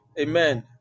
Amen